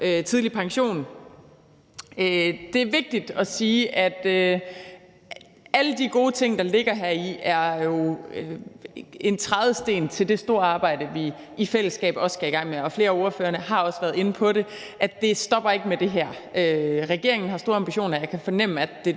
tidlig pension. Det er vigtigt at sige, at alle de gode ting, der ligger heri, jo er en trædesten til det store arbejde, vi i fællesskab også skal i gang med, og flere af ordførerne har også været inde på det, altså at det ikke stopper med det her. Regeringen har store ambitioner, og jeg kan fornemme, at det